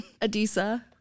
Adisa